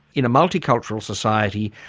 in a multicultural society,